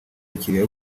bakiriya